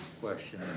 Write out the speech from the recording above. question